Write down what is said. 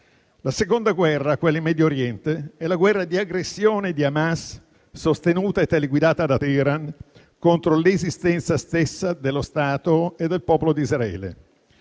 La seconda guerra, quella in Medio Oriente, è la guerra di aggressione di Hamas, sostenuta e teleguidata da Teheran, contro l'esistenza stessa dello Stato e del popolo di Israele.